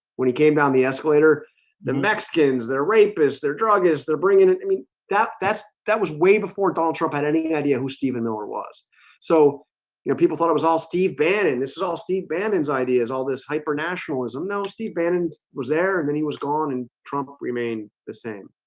when he came down the escalator the mexicans they're rapists their drug is they're bringing it i mean that that's that was way before donald trump had any idea who stephen there was so you know people thought it was all steve banning. this is all steve bandhans ideas all this hyper nationalism no, steve banning and was there and then he was gone and trump remain the same